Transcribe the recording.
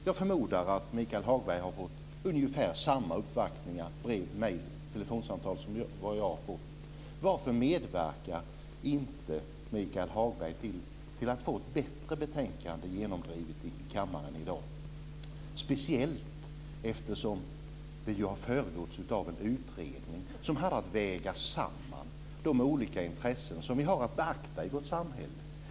Jag förmodar att Michael Hagberg har fått uppvaktningar, brev, mejl och telefonsamtal liknande dem som jag har fått. Varför medverkar inte Michael Hagberg till att få till stånd ett bättre betänkande än det som genomdrivs i kammaren i dag? Jag säger detta speciellt därför att det har föregåtts av en utredning som haft att väga samman de olika intressen som vi har att beakta i vårt samhälle.